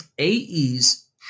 aes